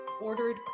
ordered